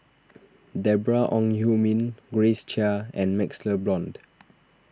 Deborah Ong Hui Min Grace Chia and MaxLe Blond